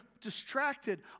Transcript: distracted